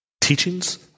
Teachings